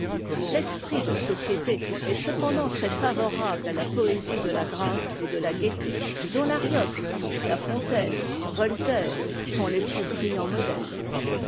l'esprit de société est cependant très favorable à la poésie de la grâce et de la gaieté dontl'arioste la fontaine voltaire sont les plus brillants modèles